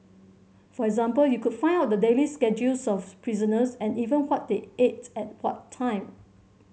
for example you could find out the daily schedules of prisoners and even what they ate at what time